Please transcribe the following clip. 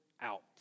out